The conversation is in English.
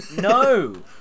no